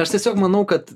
aš tiesiog manau kad